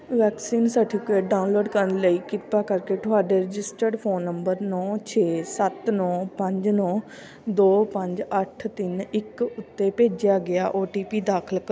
vaccine certificate download ਕਰਨ ਲਈ ਕਿਰਪਾ ਕਰਕੇ ਤੁਹਾਡੇ ਰਜਿਸਟਰਡ ਫ਼ੋਨ ਨੰਬਰ ਨੌ ਛੇ ਸੱਤ ਨੌ ਪੰਜ ਨੌ ਦੋ ਪੰਜ ਅੱਠ ਤਿੰਨ ਇੱਕ ਉੱਤੇ ਭੇਜਿਆ ਗਿਆ ਓ ਟੀ ਪੀ ਦਾਖਲ ਕ